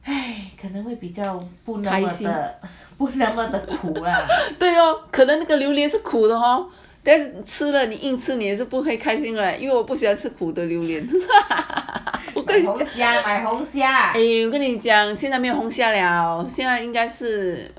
可能那个榴莲是苦的 hor then 吃了你硬吃不可以开心 right 因为我不喜欢吃苦的榴莲 我跟你讲现在没有红霞现在应该是